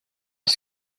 els